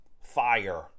fire